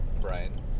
Brian